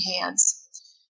hands